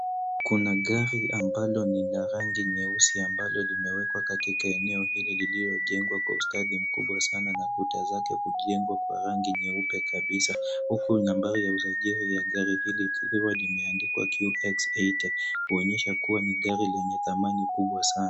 Kuna gari ambalo ni la rangi nyeusi ambalo limewekwa katika eneo hili liliyojengwa kwa ustadi mkubwa sana na kuta zake kukiekwa kwa rangi nyeupe kabisa, huku nambari ya usajili ya gari hili likiwa limeandikwa QX 80, kuonyesha kuwa ni gari lenye dhamani kubwa sana.